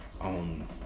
on